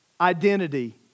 identity